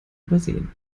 übersehen